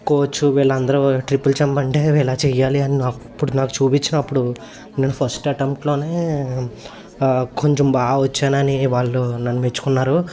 coach వీళ్ళందరూ triple jump అంటే ఇలా చెయ్యాలి అని అప్పుడు నాకు చూపిచ్చినప్పుడు నేను ఫస్ట్ అటెంప్ట్లోనే కొంచెం బాగా వచ్చానని వాళ్ళు నన్ను మెచ్చుకున్నారు